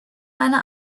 eine